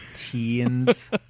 Teens